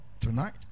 tonight